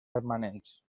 permanents